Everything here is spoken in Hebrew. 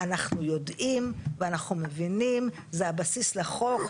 אנחנו יודעים ואנחנו מבינים, זה הבסיס לחוק.